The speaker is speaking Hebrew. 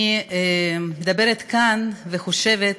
אני מדברת כאן וחושבת